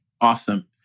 Awesome